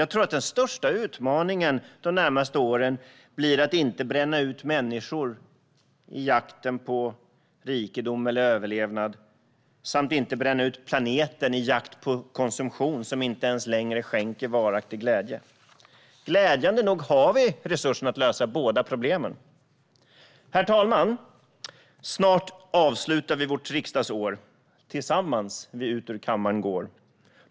Jag tror att den största utmaningen de närmaste åren blir att inte bränna ut människor i jakten på rikedom eller överlevnad samt att inte bränna ut planeten i en jakt på konsumtion, som inte ens längre skänker varaktig glädje. Glädjande nog har vi resurser för att lösa båda dessa problem. Herr talman! Snart avslutar vi vårt riksdagsår - tillsammans vi ut ur kammaren går.